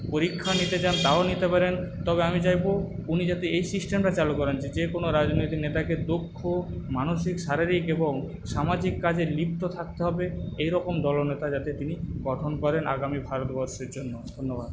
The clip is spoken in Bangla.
পরীক্ষা নিতে চান তাও নিতে পারেন তবে আমি চাইব উনি যাতে এই সিস্টেমটা চালু করেন যে যেকোনো রাজনৈতিক নেতাকে দক্ষ মানসিক শারীরিক এবং সামাজিক কাজে লিপ্ত থাকতে হবে এইরকম দলনেতা যাতে তিনি গঠন করেন আগামী ভারতবর্ষের জন্য ধন্যবাদ